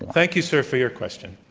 thank you, sir, for your question.